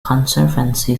conservancy